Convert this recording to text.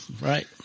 Right